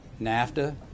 NAFTA